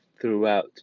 throughout